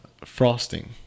frosting